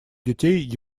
детей